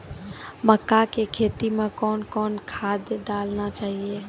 मक्का के खेती मे कौन कौन खाद डालने चाहिए?